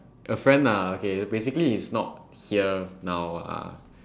a friend lah okay basically he is not here now ah